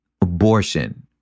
abortion